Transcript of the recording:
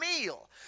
meal